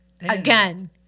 again